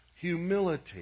Humility